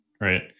right